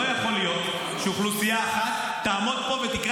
לא יכול להיות שאוכלוסייה אחת תעמוד פה ותקרא